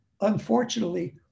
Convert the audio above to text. unfortunately